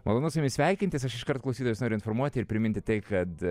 malonus su jumis sveikintis aš iškart klausytojus noriu informuoti ir priminti tai kad